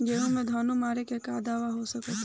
गेहूँ में घुन मारे के का दवा हो सकेला?